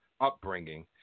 upbringing